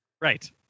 Right